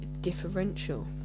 differential